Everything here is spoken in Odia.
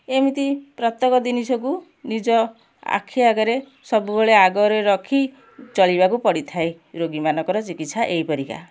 ଏମିତି ପ୍ରତ୍ୟେକ ଜିନିଷକୁ ନିଜ ଆଖି ଆଗରେ ସବୁବେଳେ ଆଗରେ ରଖି ଚଳିବାକୁ ପଡ଼ିଥାଏ ରୋଗୀ ମାନଙ୍କର ଚିକିତ୍ସା ଏହିପରିକା